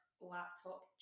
laptop